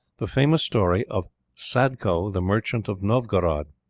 the famous story of sadko, the merchant of novgorod.